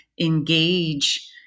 engage